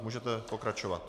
Můžete pokračovat.